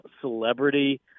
celebrity